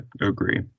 agree